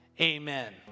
amen